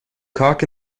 cock